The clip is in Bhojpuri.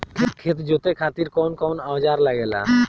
खेत जोते खातीर कउन कउन औजार लागेला?